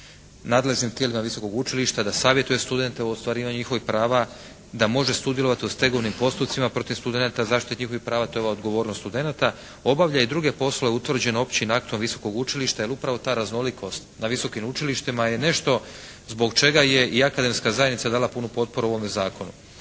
nadležnim tijelima Visokog učilišta, da savjetuje studente o ostvarivanju njihovih prava. Da može sudjelovati u stegovnim postupcima protiv studenata u zaštiti njihovih prava. To je ova odgovornost studenata. Obavlja i druge posle utvrđene općim aktom Visokog učilišta jer upravo ta raznolikost na visokim učilištima je nešto zbog čega je i akademska zajednica dala punu potporu ovome zakonu.